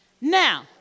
Now